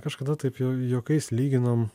kažkada taip jau juokais lyginom